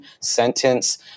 sentence